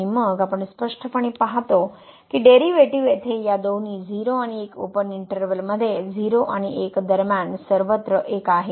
आणि मग आपण स्पष्टपणे पाहतो की डेरीवेटिव येथे या दोन्ही 0 आणि 1 ओपन इंटर्वल मध्ये 0 आणि 1 दरम्यान सर्वत्र 1 आहे